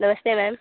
नमस्ते मैम